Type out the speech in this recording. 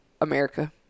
America